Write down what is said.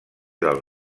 del